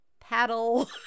paddle